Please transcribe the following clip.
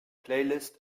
playlist